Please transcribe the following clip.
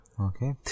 Okay